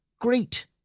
great